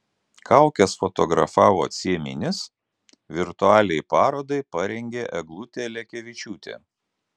kaukes fotografavo cieminis virtualiai parodai parengė eglutė lekevičiūtė